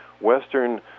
Western